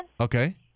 Okay